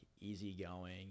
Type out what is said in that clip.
easygoing